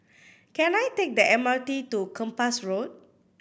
can I take the M R T to Kempas Road